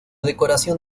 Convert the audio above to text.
decoración